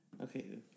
Okay